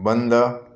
बंद